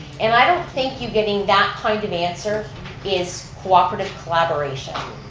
and i don't think you getting that kind of answer is cooperative collaboration,